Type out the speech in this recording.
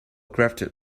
crafted